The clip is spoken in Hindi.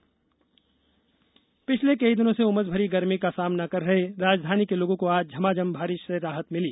मौसम पिछले कई दिनों से उमस भरी गरमी का सामना कर रहे राजधानी के लोगों को आज झमाझम बारिश से राहत मिली